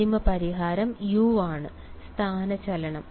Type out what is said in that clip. അന്തിമ പരിഹാരം u ആണ് സ്ഥാനചലനം